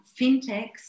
fintechs